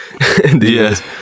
Yes